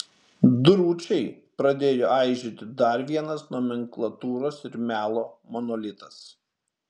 drūčiai pradėjo aižėti dar vienas nomenklatūros ir melo monolitas